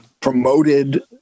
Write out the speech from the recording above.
promoted